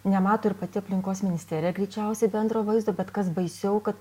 nemato ir pati aplinkos ministerija greičiausiai bendro vaizdo bet kas baisiau kad